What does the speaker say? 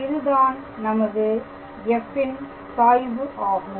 இதுதான் நமது f ன் சாய்வு ஆகும்